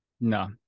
No